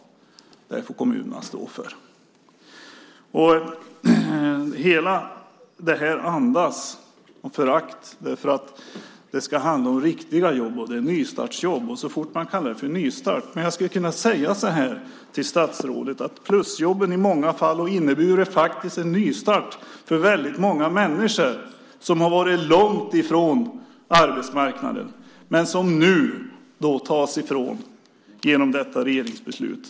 Det får kommunerna stå för. Allt detta andas förakt. Det ska handla om riktiga jobb, och det här är nystartsjobb. Man kallar det för en nystart. Jag skulle kunna säga så här till statsrådet: Plusjobben har i många fall inneburit en nystart för många människor som har varit långt ifrån arbetsmarknaden. Men detta tas nu ifrån dem genom det här regeringsbeslutet.